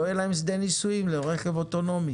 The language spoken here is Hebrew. לא יהיה להם שדה ניסויים לרכב אוטונומי.